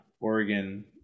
Oregon